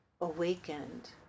awakened